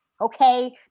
okay